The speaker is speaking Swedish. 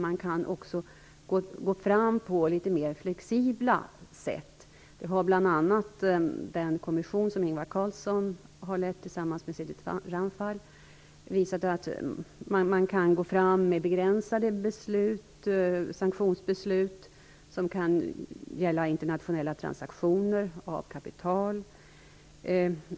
Man kan också gå fram litet mer flexibelt. Det har bl.a. den kommission som Ingvar Carlsson har lett tillsammans med Shridath Ramphal visat. Man kan gå fram med begränsade sanktionsbeslut som kan gälla internationella transaktioner av kapital.